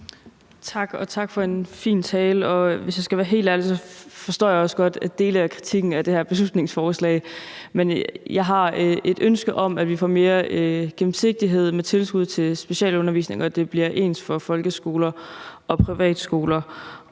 tak for en fin tale, og hvis jeg skal være helt ærlig, forstår jeg også godt dele af kritikken af det her beslutningsforslag. Men jeg har et ønske om, at vi får mere gennemsigtighed med tilskud til specialundervisning, og at det bliver ens for folkeskoler og privatskoler.